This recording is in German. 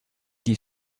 die